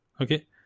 okay